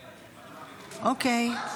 אוקיי.